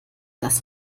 das